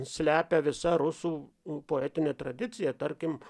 slepia visa rusų poetinė tradicija tarkim